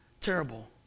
terrible